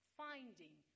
finding